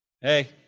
Hey